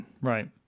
Right